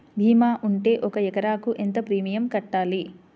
భీమా ఉంటే ఒక ఎకరాకు ఎంత ప్రీమియం కట్టాలి?